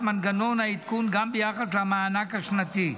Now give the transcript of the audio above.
מנגנון העדכון גם ביחס למענק השנתי.